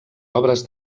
obres